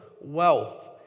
wealth